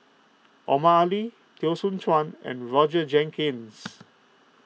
Omar Ali Teo Soon Chuan and Roger Jenkins